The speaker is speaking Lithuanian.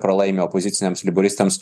pralaimi opoziciniams leiboristams